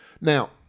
Now